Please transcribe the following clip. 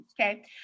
okay